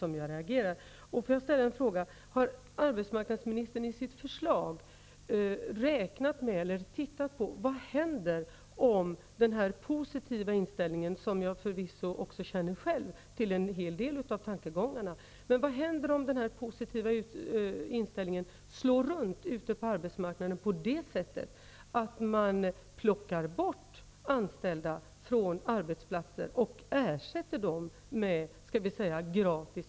Låt mig ställa följande fråga: Har arbetsmarknadsministern i sitt förslag tittat på vad som händer om den positiva inställningen -- som jag förvisso också själv känner till en hel del av tankegångarna -- ''slår runt'' ute på arbetsmarknaden, så att man plockar bort anställda från arbetsplatser och ersätter dem med ''gratis''